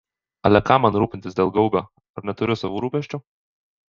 ale kam man rūpintis dėl gaubio ar neturiu savų rūpesčių